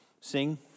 sing